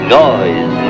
noise